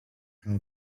how